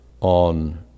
on